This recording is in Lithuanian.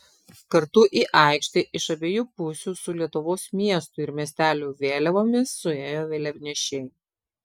kartu į aikštę iš abiejų pusių su lietuvos miestų ir miestelių vėliavomis suėjo vėliavnešiai